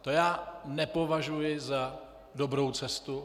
To já nepovažuji za dobrou cestu.